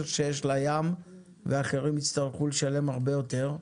שיש לה ים ואחרים יצטרכו לשלם הרבה יותר,